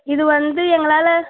இது வந்து எங்களால்